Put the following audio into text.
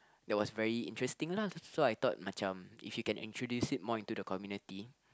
that was very interesting lah so I thought macam if you can introduce it more into the community